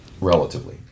relatively